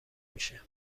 میشه